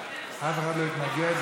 אף אחד לא התנגד,